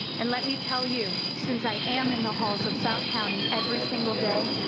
and let me tell you, since i am in the halls of south county every single day,